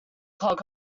clog